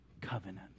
covenant